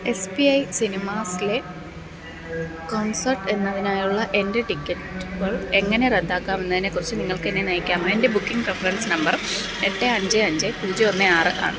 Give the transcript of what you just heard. S P I സിനിമാസ്ലെ concert എന്നതിനായുള്ള എൻ്റെ ടിക്കറ്റുകൾ എങ്ങനെ റദ്ദാക്കാം എന്നതിനെക്കുറിച്ച് നിങ്ങൾക്കെന്നെ നയിക്കാമോ എൻ്റെ ബുക്കിംഗ് റെഫറൻസ് നമ്പർ എട്ട് അഞ്ച് അഞ്ച് പൂജ്യം ഒന്ന് ആറ് ആണ്